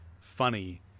funny